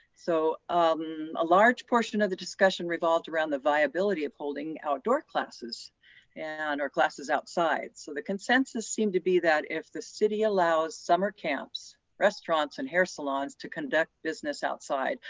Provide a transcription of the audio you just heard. so um a large portion of the discussion resolved around the viability of holding outdoor classes and or classes outside so the consensus seemed to be that if the city allows summer camps, restaurants, and hair salons to conduct business outside,